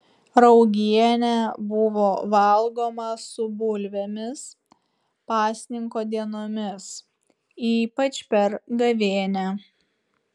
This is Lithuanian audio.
raugienė buvo valgoma su bulvėmis pasninko dienomis ypač per gavėnią